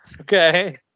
Okay